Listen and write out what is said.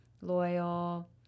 loyal